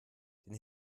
den